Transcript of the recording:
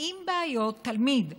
עם בעיות, תלמיד,